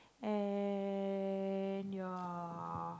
and ya